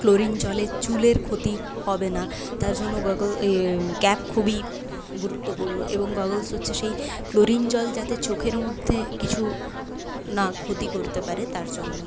chlorine জলে চুলের ক্ষতি হবে না তার জন্য গগল ইয়ে ক্যাপ খুবই গুরুত্বপূর্ণ এবং গগলস হচ্ছে সেই ক্লোরিন জল যাতে চোখের মধ্যে কিছু না ক্ষতি করতে পারে তার জন্য